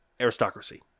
aristocracy